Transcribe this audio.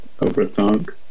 overthunk